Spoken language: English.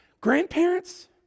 grandparents